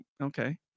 okay